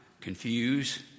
confuse